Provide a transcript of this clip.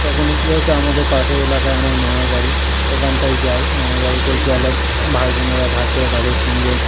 তখন যেহেতু আমাদের পাশের এলাকায় আমার মামার বাড়ি ওখানটায় যাই মামারবাড়িতে গেলে ভাই বোনেরা থাকে তাদের সঙ্গে